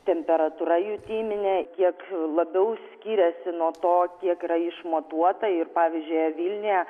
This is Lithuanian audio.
temperatūra jutiminė kiek labiau skiriasi nuo to kiek yra išmatuota ir pavyzdžiui vilniuje